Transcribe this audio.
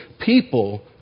people